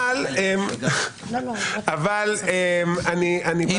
עוד שנייה אנחנו